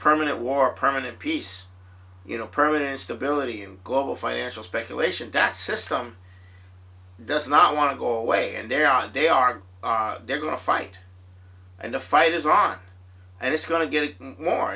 permanent war permanent peace you know permanent stability and global financial speculation that system does not want to go away and there are they are they're going to fight and the fight is on and it's going to get more